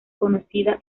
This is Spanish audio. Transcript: conocida